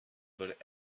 but